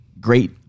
great